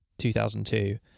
2002